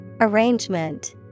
Arrangement